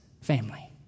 family